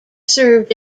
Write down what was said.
served